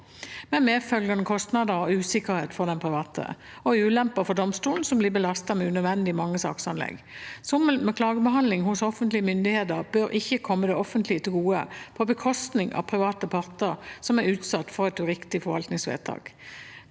med medfølgende kostnader og usikkerhet for den private, og ulemper for domstolene som blir belastet med unødvendig mange saksanlegg. Sommel med klagebehandlingen hos offentlig myndigheter bør ikke komme det offentlige til gode på bekostning av private parter som er utsatt for et uriktig forvaltningsvedtak.